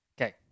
Okay